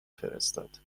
فرستاد